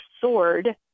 sword